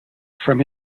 from